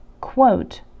quote